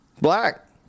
Black